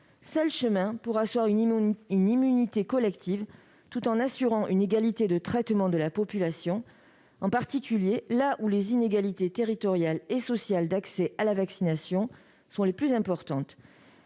seul chemin pour asseoir une immunité collective tout en assurant une égalité de traitement de la population, en particulier là où les inégalités territoriales et sociales d'accès à la vaccination sont les plus importantes.